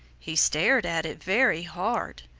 he stared at it very hard.